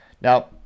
Now